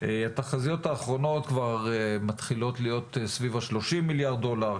האחרונות מתחילות להיות סביב 30 מיליארד דולר,